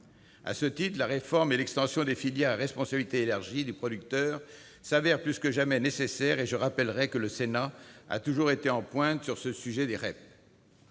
À ce titre, la réforme et l'extension des filières à responsabilité élargie du producteur s'avèrent plus que jamais nécessaires. Je rappellerai que le Sénat a toujours été en pointe sur le sujet des REP.